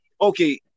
okay